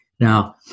Now